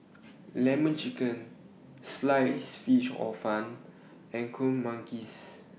Lemon Chicken Sliced Fish Hor Fun and Kuih Manggis